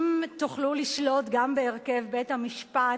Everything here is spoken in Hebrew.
אם תוכלו לשלוט גם בהרכב בית-המשפט,